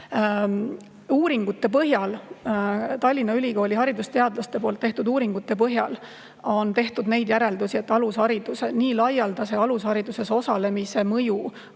panna. Uuringute põhjal, Tallinna Ülikooli haridusteadlaste tehtud uuringute põhjal on tehtud neid järeldusi, et nii laialdasel alushariduses osalemisel on mõju